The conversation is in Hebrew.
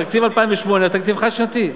תקציב 2008 היה תקציב חד-שנתי,